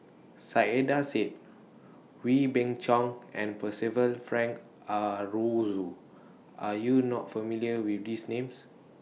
Saiedah Said Wee Beng Chong and Percival Frank Aroozoo Are YOU not familiar with These Names